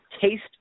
taste